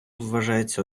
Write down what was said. вважається